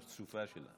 " פרצופה של המדינה.